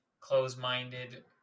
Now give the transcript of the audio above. close-minded